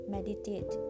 Meditate